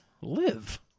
live